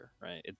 right